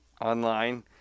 online